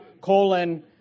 colon